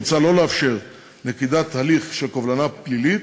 מוצע שלא לאפשר נקיטת הליך של קובלנה פלילית,